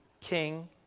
King